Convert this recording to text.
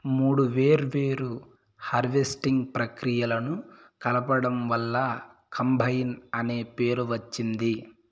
మూడు వేర్వేరు హార్వెస్టింగ్ ప్రక్రియలను కలపడం వల్ల కంబైన్ అనే పేరు వచ్చింది